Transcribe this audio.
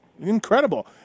incredible